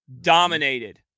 dominated